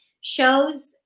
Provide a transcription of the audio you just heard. shows